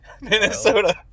Minnesota